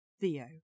Theo